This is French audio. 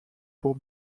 pour